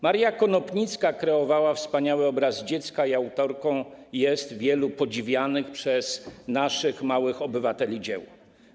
Maria Konopnicka kreowała wspaniały obraz dziecka i jest autorką wielu podziwianych przez naszych małych obywateli dzieł.